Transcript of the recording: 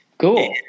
Cool